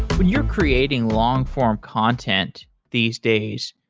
when you're creating long-form content these days,